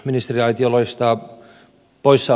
herra puhemies